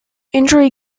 injury